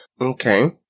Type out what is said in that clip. Okay